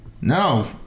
No